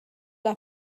han